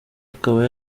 akaba